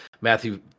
matthew